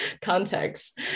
context